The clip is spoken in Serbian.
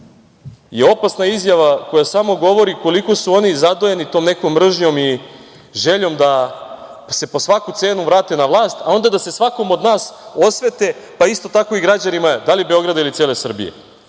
je opasna izjava koja samo govori koliko su oni zadojeni tom nekom mržnjom i željom da se po svaku cenu vrate na vlast, a onda da se svakom od nas osvete, pa isto tako i građanima da li Beograda ili cele Srbije. Borko